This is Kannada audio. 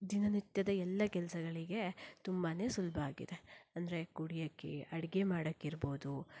ದಿನನಿತ್ಯದ ಎಲ್ಲಾ ಕೆಲ್ಸಗಳಿಗೆ ತುಂಬಾನೆ ಸುಲಭ ಆಗಿದೆ ಅಂದ್ರೆ ಕುಡಿಯಕ್ಕೆ ಅಡಗೆ ಮಾಡಕ್ಕೆ ಇರ್ಬೌದು